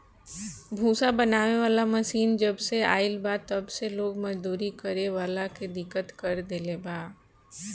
भूसा बनावे वाला मशीन जबसे आईल बा तब से लोग मजदूरी करे वाला के दिक्कत कर देले बा